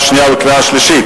לקריאה שנייה ולקריאה שלישית.